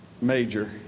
Major